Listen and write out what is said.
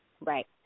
right